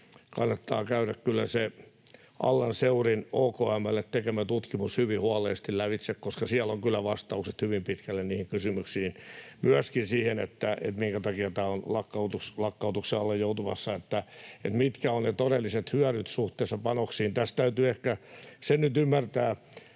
kannattaa käydä kyllä se Allan Seurin OKM:lle tekemä tutkimus hyvin huolellisesti lävitse, koska siellä on kyllä vastaukset hyvin pitkälle niihin kysymyksiin — myöskin siihen, minkä takia tämä on lakkautuksen alle joutumassa, mitkä ovat ne todelliset hyödyt suhteessa panoksiin. Tässä täytyy ehkä se nyt ymmärtää,